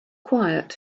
quiet